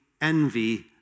envy